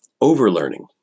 Overlearning